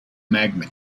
magma